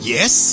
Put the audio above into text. Yes